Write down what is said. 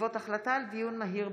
ע'דיר כמאל מריח,